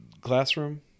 classroom